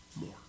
more